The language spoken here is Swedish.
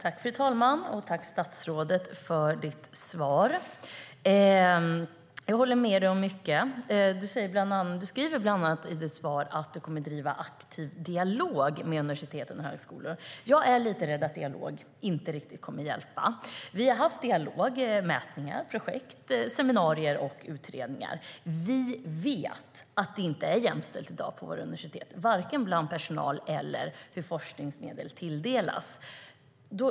Fru talman! Tack, statsrådet, för svaret. Jag håller med statsrådet om mycket. Du sade bland annat i ditt svar att du kommer att driva aktiv dialog med universiteten och högskolor. Jag är rädd att dialog inte riktigt kommer att hjälpa. Vi har haft dialog, mätningar, projekt, seminarier och utredningar. Vi vet att det inte är jämställt i dag på våra universitet, varken bland personal eller i hur forskningsmedel tilldelas.